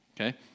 okay